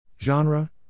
Genre